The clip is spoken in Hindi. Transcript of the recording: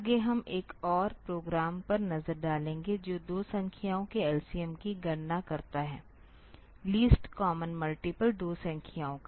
आगे हम एक और प्रोग्राम पर नज़र डालेंगे जो दो संख्याओं के LCM की गणना करता है लीस्ट कॉमन मल्टीप्ल दो संख्याओं का